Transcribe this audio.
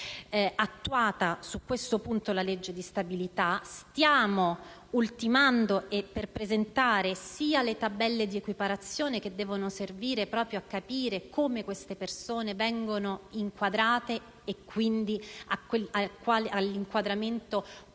attuata su questo punto la legge di stabilità; stiamo ultimando e ci accingiamo a presentare le tabelle di equiparazione che devono servire a capire come queste persone vengono inquadrate e quindi all'inquadramento quale